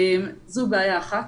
זו בעיה אחת.